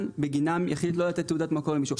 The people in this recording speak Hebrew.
בגינם יחליט לא לתת תעודת מקור למישהו,